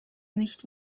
nicht